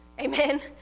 Amen